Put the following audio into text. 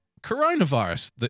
Coronavirus